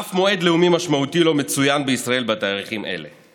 אף מועד לאומי משמעותי לא מצוין בישראל בתאריכים אלו.